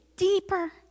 deeper